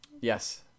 Yes